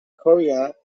korea